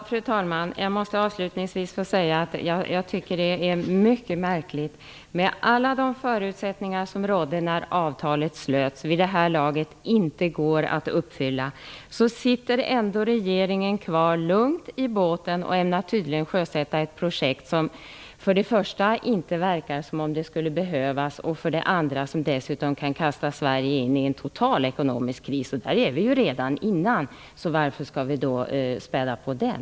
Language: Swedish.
Fru talman! Jag måste avslutningvis få säga att det är mycket märkligt att regeringen, trots att det inte går att uppfylla alla de förutsättningar som rådde när avtalet slöts, ändå lugnt sitter kvar i båten och tydligen ämnar sjösätta ett projekt som för det första inte verkar behövas och som för det andra kan kasta Sverige in i en total ekonomisk kris. Där är vi ju redan nu. Varför skall vi då späda på krisen?